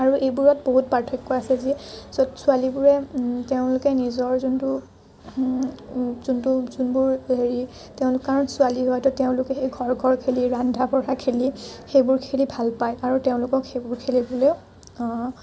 আৰু এইবোৰত বহুত পাৰ্থক্য আছে যে য'ত ছোৱালীবোৰে তেওঁলোকে নিজৰ যোনটো যোনটো যোনবোৰ হেৰি তেওঁলোক কাৰণ ছোৱালী হোৱাতো তেওঁলোকে ঘৰ ঘৰ খেলি ৰান্ধা বঢ়া খেলি সেইবোৰ খেলি ভাল পায় আৰু তেওঁলোকক সেইবোৰ খেলিবলৈ